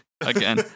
again